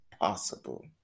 possible